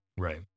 Right